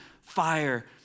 fire